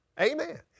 Amen